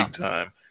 time